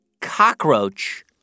cockroach